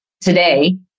today